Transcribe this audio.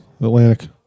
Atlantic